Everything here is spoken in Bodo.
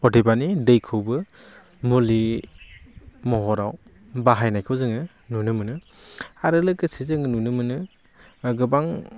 अदेबानि दैखौबो मुलि महराव बाहायनायखौ जों नुनो मोनो आरो लोगोसे जों नुनो मोनो गोबां